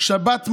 שבת מלכתא,